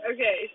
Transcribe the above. Okay